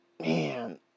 man